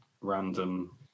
random